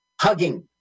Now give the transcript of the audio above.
hugging